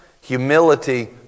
Humility